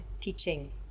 teaching